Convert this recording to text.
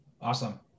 Awesome